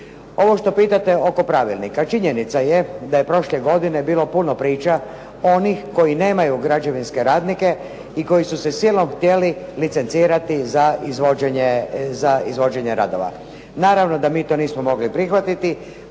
Ovo što pitate oko pravilnika. Činjenica je da je prošle godine bilo puno priča onih koji nemaju građevinske radnike i koji su se silom htjeli licencirati za izvođenje radova. Naravno da mi to nismo mogli prihvatiti,